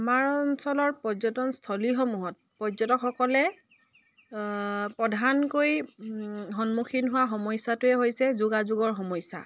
আমাৰ অঞ্চলৰ পৰ্যটনস্থলীসমূহত পৰ্যটকসকলে প্ৰধানকৈ সন্মুখীন হোৱা সমস্যাটোৱে হৈছে যোগাযোগৰ সমস্যা